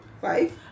five